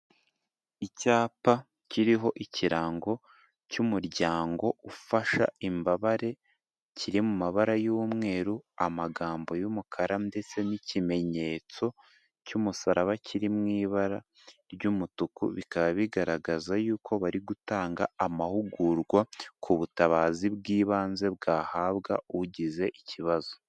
Icyapa kiriho ikirango cy'umuryango ufasha imbabare kiri mu mabara y'umweru, amagambo y'umukara ndetse n'ikimenyetso cy'umusaraba kiri mw'ibara ry'umutuku, bikaba bigaragaza yuko bari gutanga amahugurwa ku butabazi bw'ibanze bwahabwa ugize ikibazo.